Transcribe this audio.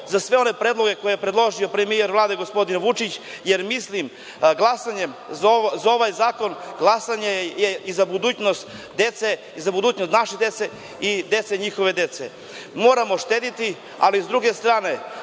za sve one predloge koje je predložio premijer Vlade, gospodin Vučić, jer glasanjem za ovaj zakon, glasanje je i za budućnost naše dece i za budućnost njihove dece. Moramo štedeti, ali s druge strane